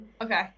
okay